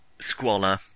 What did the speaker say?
squalor